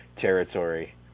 territory